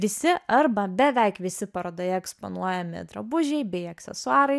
visi arba beveik visi parodoje eksponuojami drabužiai bei aksesuarai